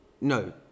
No